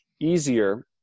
easier